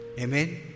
Amen